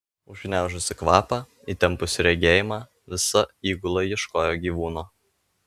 užgniaužusi kvapą įtempusi regėjimą visa įgula ieškojo gyvūno